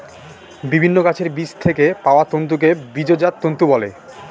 বিভিন্ন গাছের বীজ থেকে পাওয়া তন্তুকে বীজজাত তন্তু বলে